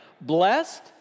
blessed